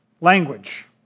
language